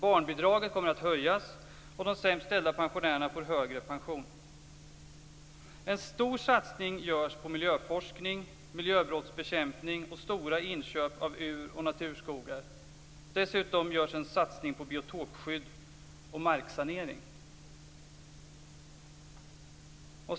Barnbidraget kommer att höjas, och de sämst ställda pensionärerna får högre pension. En stor satsning görs på miljöforskning, miljöbrottsbekämpning och stora inköp av ur och naturskogar. Dessutom görs en satsning på biotopskydd och marksanering.